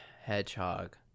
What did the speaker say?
Hedgehog